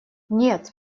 нет